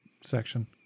section